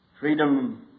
Freedom